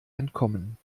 entkommen